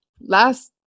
last